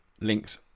links